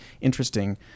interesting